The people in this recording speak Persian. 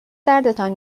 دردتان